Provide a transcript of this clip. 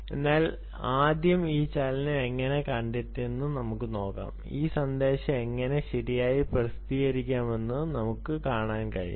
അതിനാൽ ആദ്യം ഈ ചലനം എങ്ങനെ കണ്ടെത്താമെന്ന് നമുക്ക് നോക്കാം തുടർന്ന് ഈ സന്ദേശം എങ്ങനെ ശരിയായി പ്രസിദ്ധീകരിക്കാമെന്ന് നമുക്ക് കാണാൻ കഴിയും